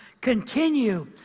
continue